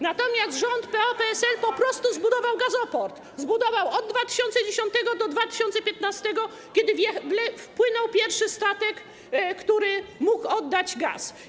Natomiast rząd PO-PSL po prostu zbudował gazoport, budował od 2010 r. do 2015 r., kiedy wpłynął pierwszy statek, który mógł oddać gaz.